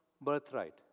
birthright